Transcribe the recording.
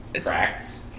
Cracks